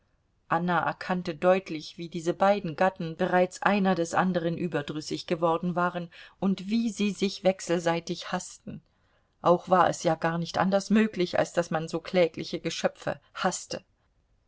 anna erkannte deutlich wie diese beiden gatten bereits einer des andern überdrüssig geworden waren und wie sie sich wechselseitig haßten auch war es ja gar nicht anders möglich als daß man so klägliche geschöpfe haßte